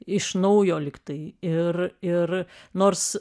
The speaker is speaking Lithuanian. iš naujo lyg tai ir ir nors